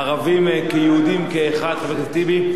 ערבים כיהודים, חבר הכנסת טיבי.